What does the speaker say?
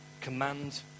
command